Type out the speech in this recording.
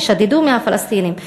ששדדו מהפלסטינים.